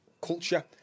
culture